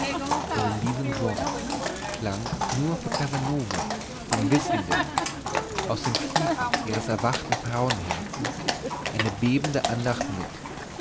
und in diesem wort klang nur für casanova den wissenden aus den tiefen ihres erwachten frauenherzens eine bebende andacht mit